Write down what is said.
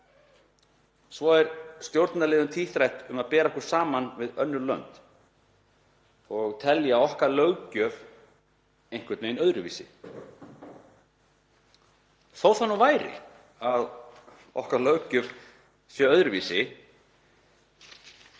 Svo verður stjórnarliðum tíðrætt um samanburð við önnur lönd og telja okkar löggjöf einhvern veginn öðruvísi. Þó það nú væri að okkar löggjöf sé öðruvísi,